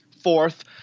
fourth